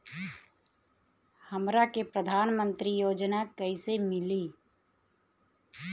हमरा के प्रधानमंत्री योजना कईसे मिली?